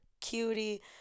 Cutie